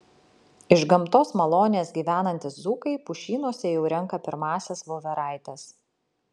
iš gamtos malonės gyvenantys dzūkai pušynuose jau renka pirmąsias voveraites